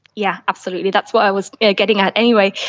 yeah absolutely, that's what i was getting at anyway.